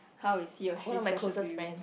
how is he or she special to you